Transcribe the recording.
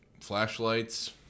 flashlights